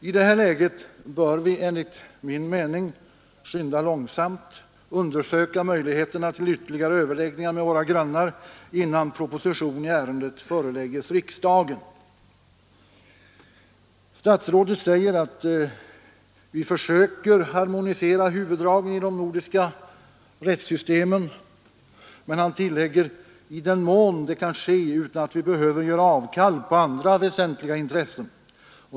I det läget bör vi enligt min mening skynda långsamt och undersöka möjligheterna till ytterligare överläggningar med våra grannar, innan proposition i ärendet föreläggs riksdagen. Statsrådet säger att vi försöker harmonisera huvuddragen i de nordiska rättssystemen, men han tillägger: ”i den mån det kan ske utan att vi behöver göra avkall på andra väsentliga intressen”.